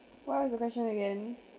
what was the question again